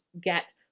get